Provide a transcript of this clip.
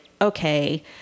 okay